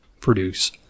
produce